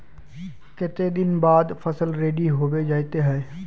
केते दिन बाद फसल रेडी होबे जयते है?